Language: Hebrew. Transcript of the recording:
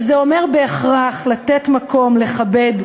זה אומר בהכרח לתת מקום, לכבד,